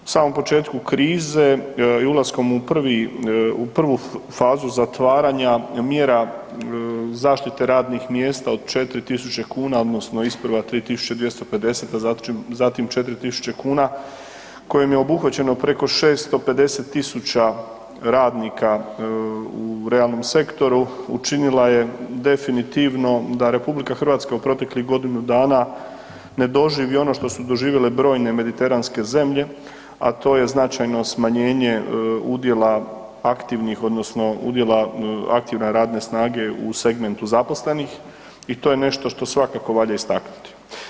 U samom početku krize i ulaskom u prvi, u prvu fazu zatvaranja mjera zaštite radnih mjesta od 4.000 kuna odnosno isprva 3.250, a zatim 4.000 kuna kojim je obuhvaćeno preko 650.000 radnika u realnom sektoru učinila je definitivno da RH u proteklih godinu dana ne doživi ono što su doživjele brojne mediteranske zemlje, a to je značajno smanjenje udjela aktivnih odnosno udjela aktivne radne snage u segmentu zaposlenih i to je nešto što svakako valja istaknuti.